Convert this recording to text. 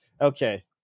Okay